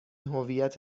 هویت